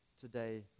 today